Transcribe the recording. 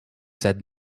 said